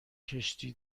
کشتی